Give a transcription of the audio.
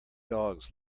dogs